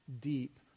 deep